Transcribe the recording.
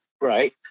right